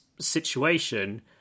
situation